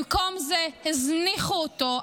במקום זה הזניחו אותו,